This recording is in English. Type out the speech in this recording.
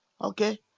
Okay